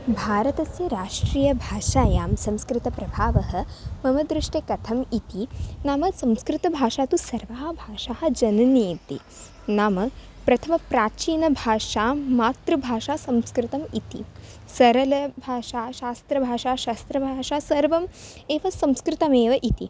भारतस्य राष्ट्रीयभाषायां संस्कृतप्रभावः मम दृष्ट्या कथम् इति नाम संस्कृतभाषा तु सर्वः भाषाः जननी इति नाम प्रथमप्राचीनभाषां मातृभाषा संस्कृतम् इति सरलभाषा शास्त्रभाषा शस्त्रभाषा सर्वम् एव संस्कृतमेव इति